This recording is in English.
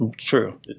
True